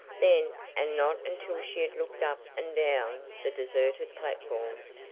then, and not until she had looked up and down the deserted platforms,